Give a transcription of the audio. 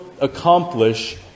accomplish